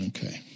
Okay